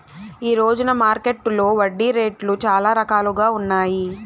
ఈ రోజున మార్కెట్టులో వడ్డీ రేట్లు చాలా రకాలుగా ఉన్నాయి